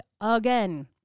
again